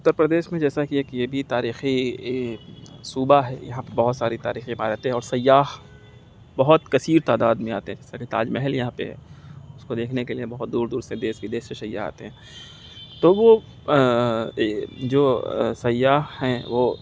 اتر پردیش میں جیسا کہ ایک یہ بھی تاریخی صوبہ ہے یہاں پہ بہت ساری تاریخی عمارتیں اور سیاح بہت کثیر تعداد میں آتے ہیں جس طرح تاج محل یہاں پہ ہے اس کو دیکھنے کے لیے بہت دور دور سے دیش ودیش سے سیاح آتے ہیں تو وہ جو سیاح ہیں وہ